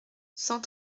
cent